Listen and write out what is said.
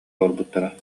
олорбуттара